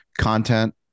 content